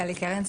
גלי קרן,